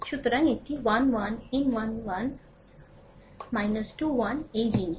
সুতরাং এটি 1 1 M1 1 21 টি এই জিনিস